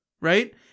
right